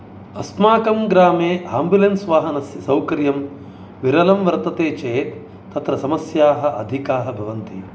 अस्माकं ग्रामे आम्बुलेन्स् वाहनस्य सौकर्यं विरलं वर्तते चेत् तत्र समस्याः अधिकाः भवन्ति